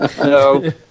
No